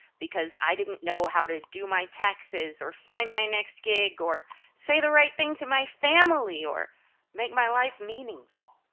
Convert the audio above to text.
because i didn't know how to do my taxes or find my next gig or say the right thing to my family or make my life meaningful.